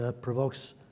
provokes